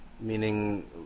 meaning